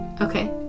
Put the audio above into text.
Okay